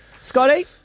Scotty